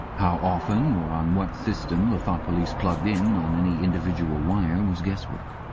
how often, or on what system, the thought police plugged in on any individual wire was guesswork.